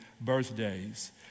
birthdays